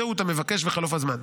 זהות המבקש וחלוף הזמן.